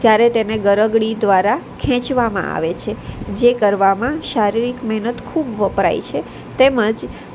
ત્યારે તેને ગરગડી દ્વારા ખેંચવામાં આવે છે જે કરવામાં શારીરિક મહેનત ખૂબ વપરાય છે તેમજ